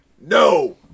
no